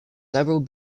several